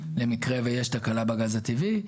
למקרה שבו יש תקלה בגז הטבעי.